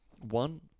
one